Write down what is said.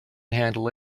handle